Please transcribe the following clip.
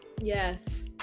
Yes